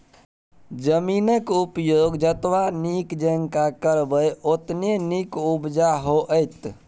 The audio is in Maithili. जमीनक उपयोग जतबा नीक जेंका करबै ओतने नीक उपजा होएत